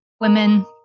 women